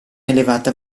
elevata